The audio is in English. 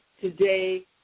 Today